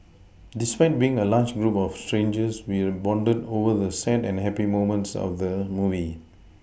despite being a large group of strangers we bonded over the sad and happy moments of the movie